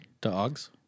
Dogs